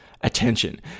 attention